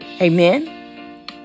Amen